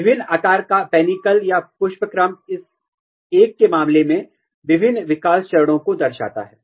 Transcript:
विभिन्न आकार का पेनिकल या पुष्पक्रम इस एक के मामले में विभिन्न विकास चरणों को दर्शाता है